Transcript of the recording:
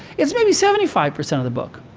it's maybe seventy five percent of the book.